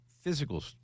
physical